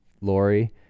Lori